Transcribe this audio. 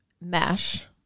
mesh